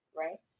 right